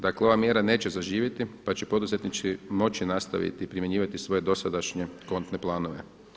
Dakle ova mjera neće zaživjeti pa će poduzetnici moći nastaviti primjenjivati svoje dosadašnje kontne planove.